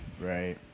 Right